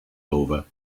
over